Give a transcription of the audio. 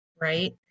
right